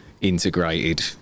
integrated